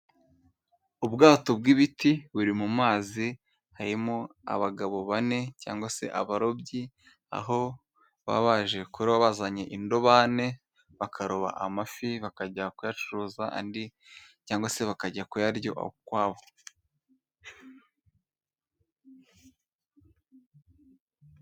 Ubwato bw'ibiti buri mu mazi harimo abagabo bane cyangwa se abarobyi, aho baba baje kuroba bazanye indobane, bakaroba amafi bakajya kuyacuruza andi cyangwa se bakajya kuyarya ukwabo.